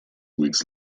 weeks